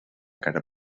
encara